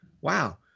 wow